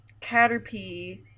Caterpie